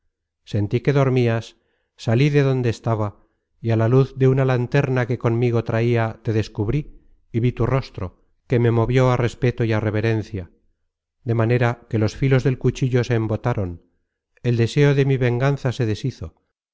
sentí que dormias sali de donde estaba y á la luz de una lanterna que conmigo traia te descubrí y vi tu rostro que me movió á respeto y á reverencia de manera que los filos del cuchillo se embotaron el deseo de mi venganza se deshizo